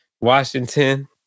Washington